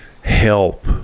help